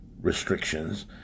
restrictions